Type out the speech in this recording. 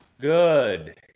good